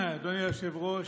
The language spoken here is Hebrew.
אדוני היושב-ראש,